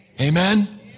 Amen